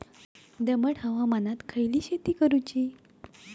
दमट हवामानात खयली शेती करूची?